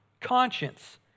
conscience